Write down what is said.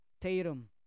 Tatum